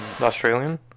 Australian